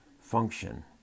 function